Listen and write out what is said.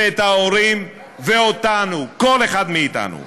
את ההורים ואותנו, כל אחד מאתנו.